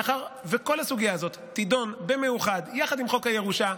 מאחר שכל הסוגיה הזאת תידון במיוחד יחד עם חוק הירושה,